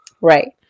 Right